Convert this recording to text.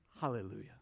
hallelujah